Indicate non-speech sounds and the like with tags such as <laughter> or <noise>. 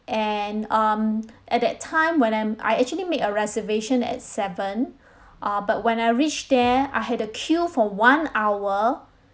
and um <breath> at that time when I'm I actually made a reservation at seven <breath> uh but when I reached there I had to queue for one hour